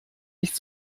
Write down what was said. nicht